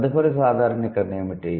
తదుపరి సాధారణీకరణ ఏమిటి